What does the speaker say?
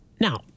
Now